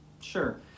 Sure